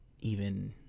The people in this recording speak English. even-